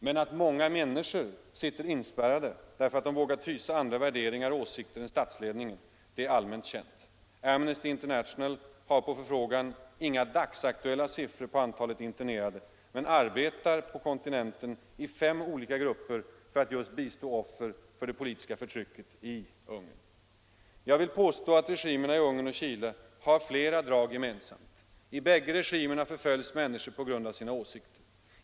Men att många människor sitter inspärrade därför att de vågat hysa andra värderingar än statsledningen, det är allmänt känt. Amnesty International har inga dagsaktuella siffror på antalet internerade men arbetar i fem olika grupper nere på kontinenten för att just bistå offer för politiskt förtryck i Ungern. Jag vill påstå att regimerna i Ungern och Chile har flera drag gemensamt. I bägge regimerna förföljs människor på grund av sina åsikter.